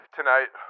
Tonight